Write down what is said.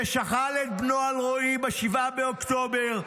ששכל את בנו אלרואי ב-7 באוקטובר,